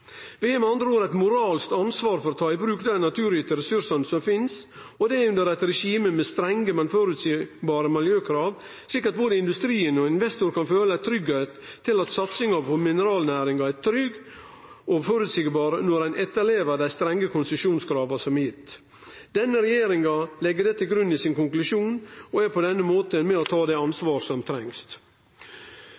Vi har med andre ord eit moralsk ansvar for å ta i bruk dei naturgitte ressursane som finst – og det under eit regime med strenge, men føreseielege miljøkrav, slik at både industrien og investorane kan føle seg sikre på at satsinga på mineralnæringa er trygg og føreseieleg når ein etterlever dei strenge konsesjonskrava som er gitt. Denne regjeringa legg det til grunn i sin konklusjon og er på denne måten med på å ta det